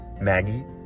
Maggie